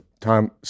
time